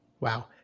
Wow